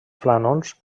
plànols